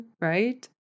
right